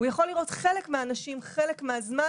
הוא יכול לראות חלק מהאנשים חלק מהזמן,